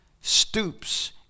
stoops